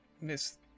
Miss